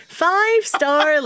five-star